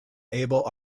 able